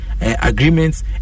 agreements